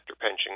pension